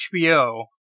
HBO